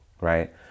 Right